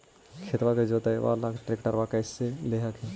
खेतबा के जोतयबा ले ट्रैक्टरबा कैसे ले हखिन?